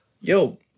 Yo